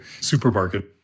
supermarket